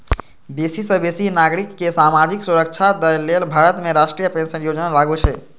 बेसी सं बेसी नागरिक कें सामाजिक सुरक्षा दए लेल भारत में राष्ट्रीय पेंशन योजना लागू छै